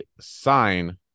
sign